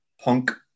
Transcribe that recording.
punk